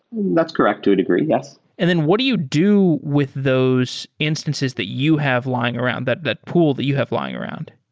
that's correct to a degree. yes and then what you do with those instances that you have lying around? that that pool that you have lying around?